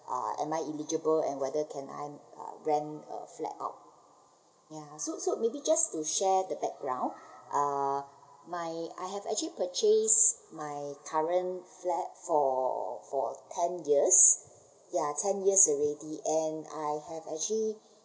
uh am I eligible and whether can I um rent uh flat out ya so so maybe just to share the background uh my I have actually purchased my current flat for for ten years ya ten years already and I have actually